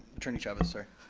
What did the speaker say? attorney chavez, sorry.